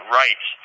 rights